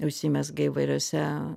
užsimezga įvairiuose